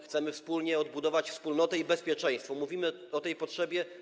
Chcemy wspólnie odbudować wspólnotę i bezpieczeństwo, wspólnie mówimy o tej potrzebie.